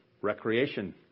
recreation